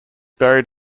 buried